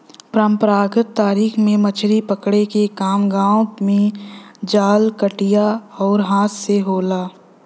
परंपरागत तरीका में मछरी पकड़े के काम गांव में जाल, कटिया आउर हाथ से होला